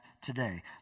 today